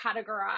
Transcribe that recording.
categorize